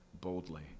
boldly